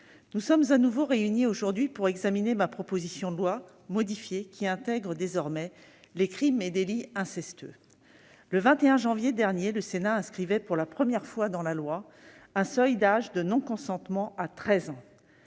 nous sommes à nouveau réunis aujourd'hui pour examiner ma proposition de loi, modifiée, qui intègre désormais les crimes et délits incestueux. Le 21 janvier dernier, le Sénat inscrivait pour la première fois dans la loi un seuil d'âge de non-consentement à 13 ans.